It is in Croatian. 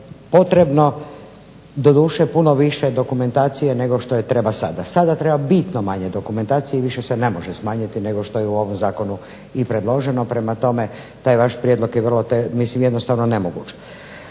potrebno doduše puno više dokumentacije nego što je treba sada. Sada treba bitno manje dokumentacije i više se ne može smanjiti nego što je u ovom zakonu i predloženo. Prema tome, taj vaš prijedlog je jednostavno nemoguć.